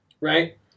Right